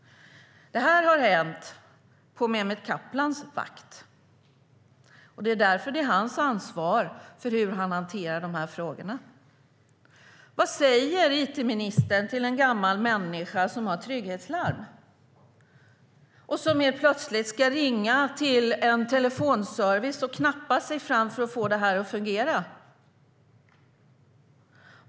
Detta har hänt på Mehmet Kaplans vakt. Det är därför det är hans ansvar hur han hanterar frågorna. Vad säger it-ministern till en gammal människa som har trygghetslarm och som helt plötsligt ska ringa till en telefonservice och knappa sig fram för att få detta att fungera?